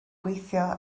gweithio